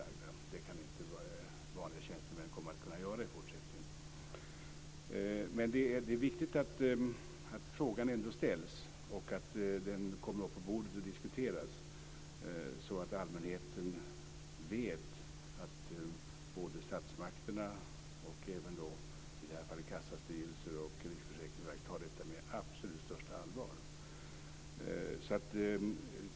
Det kommer inte vanliga tjänstemän att kunna göra i fortsättningen. Det är dock viktigt att frågan ställs, att den kommer upp på bordet och diskuteras, så att allmänheten vet att både statsmakter och i det här fallet kassastyrelser och riksförsäkringsverk tar detta på allra största allvar.